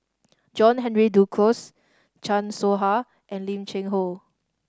John Henry Duclos Chan Soh Ha and Lim Cheng Hoe